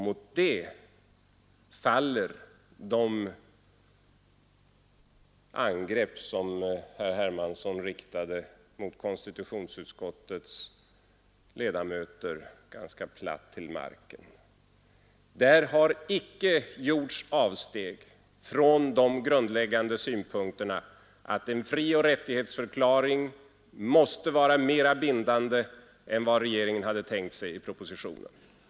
Mot det faller de angrepp som herr Hermansson riktade mot konstitutionsutskottets ledamöter ganska platt till marken. Där har inte gjorts avsteg från de grundläggande synpunkterna att en frioch rättighetsförklaring måste vara mera bindande än vad regeringen tänkt sig i propositionen.